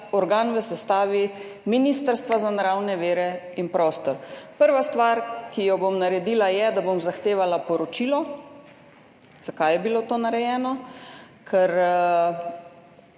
organ v sestavi Ministrstva za naravne vire in prostor. Prva stvar, ki jo bom naredila, je, da bom zahtevala poročilo, zakaj je bilo to narejeno, ker